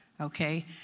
okay